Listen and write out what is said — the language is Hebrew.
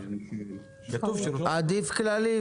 עדיף כללי,